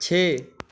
छे